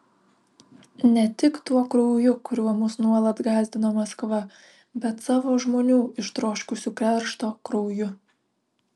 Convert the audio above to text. ne tik tuo krauju kuriuo mus nuolat gąsdino maskva bet savų žmonių ištroškusių keršto krauju